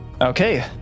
Okay